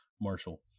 Marshall